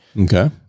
Okay